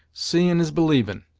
seein' is believin',